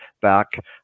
back